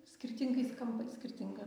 skirtingais kampais skirtinga